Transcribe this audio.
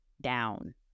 down